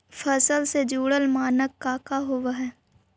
फसल से जुड़ल मानक का का होव हइ?